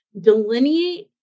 delineate